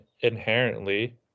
inherently